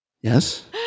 Yes